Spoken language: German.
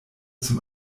zum